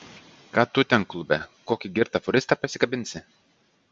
ką tu ten klube kokį girtą fūristą pasikabinsi